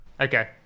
okay